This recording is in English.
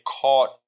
caught